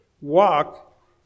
walk